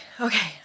okay